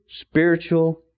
spiritual